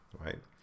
right